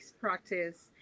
practice